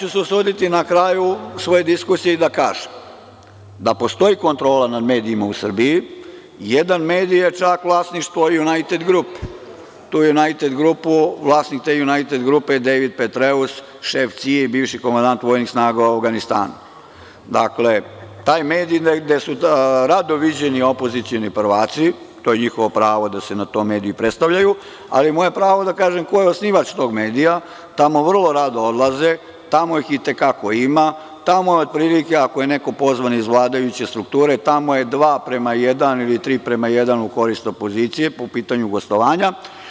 Usudiću se na kraju svoje diskusije da kažem da postoji kontrola nad medijima u Srbiji, jedan medij je čak vlasništvo „Junajted grup“, vlasnik te „Junajted grupe“ je Dejvid Petreus, šef CIA i bivši komadant vojnih snaga u Avganistanu, dakle, taj medij gde su rado viđeni opozicioni prvaci, to je njihovo pravo da se na tom mediju predstavljaju, ali moje je pravo da kažem ko je osnivač tog medija, tamo vrlo rado odlaze, tamo ih i te kako ima, tamo je otprilike, ako je neko pozvan iz vladajuće strukture, tamo je dva prema jedan ili tri prema jedan u korist opozicije po pitanju gostovanja.